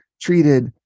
treated